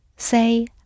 Say